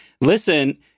listen